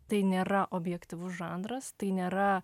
tai nėra objektyvus žanras tai nėra